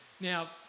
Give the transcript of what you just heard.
Now